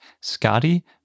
Scotty